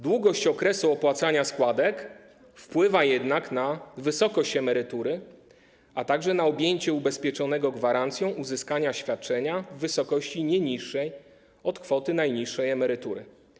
Długość okresu opłacania składek wpływa jednak na wysokość emerytury, a także na objęcie ubezpieczonego gwarancją uzyskania świadczenia w wysokości nie niższej od kwoty najniższej emerytury.